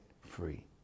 free